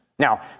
Now